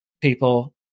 people